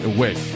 wait